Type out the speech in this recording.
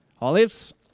Olives